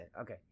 okay